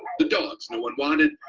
the dogs no one wanted,